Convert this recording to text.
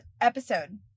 episode